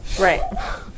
right